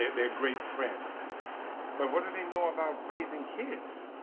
they're great friends. but what do they know about raising kids?